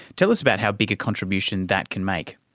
tell us about how big a contribution that can make.